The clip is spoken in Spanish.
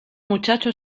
muchacho